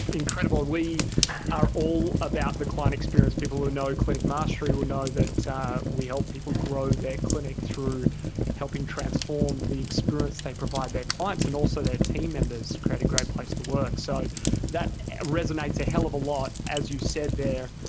incredible! we are all about the client experience. people who know clinic mastery will know that we help people grow their clinic through helping transform the experience they provide their clients and also their team members, create a great place to work. so that resonates a hell of a lot as you said there,